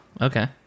okay